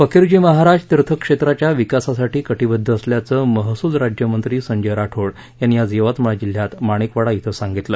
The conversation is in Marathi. फकीरजी महाराज तीर्थक्षेत्राच्या विकासासाठी कटिबद्ध असल्याचं महसूल राज्यमंत्री संजय राठोड यांनी आज माणिकवाडा ी सांगितलं